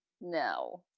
no